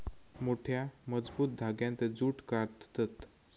मोठ्या, मजबूत धांग्यांत जूट काततत